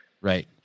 Right